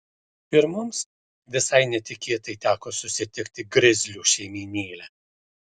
ir mums visai netikėtai teko susitikti grizlių šeimynėlę